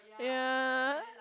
ya